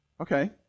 Okay